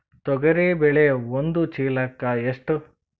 ತೊಗರಿ ಬೇಳೆ ಒಂದು ಚೀಲಕ ಎಷ್ಟು?